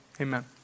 amen